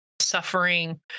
suffering